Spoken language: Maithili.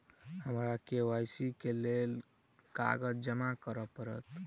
हमरा के.वाई.सी केँ लेल केँ कागज जमा करऽ पड़त?